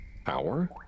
Power